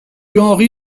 henri